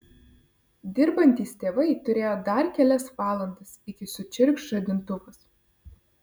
dirbantys tėvai turėjo dar kelias valandas iki sučirkš žadintuvas